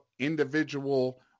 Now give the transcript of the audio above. individual